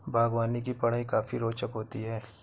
बागवानी की पढ़ाई काफी रोचक होती है